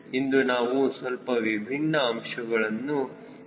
ಇಂದು ನಾವು ಸ್ವಲ್ಪ ವಿಭಿನ್ನ ಅಂಶಗಳನ್ನು ಚರ್ಚಿಸೋಣ